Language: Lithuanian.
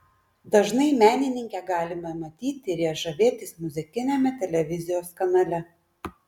dažnai menininkę galime matyti ir ja žavėtis muzikiniame televizijos kanale